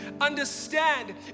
understand